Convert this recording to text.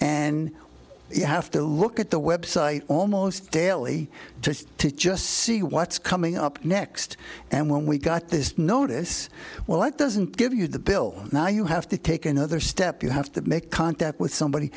and you have to look at the website almost daily to to just see what's coming up next and when we got this notice well at the doesn't give you the bill now you have to take another step you have to make contact with somebody